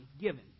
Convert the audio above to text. given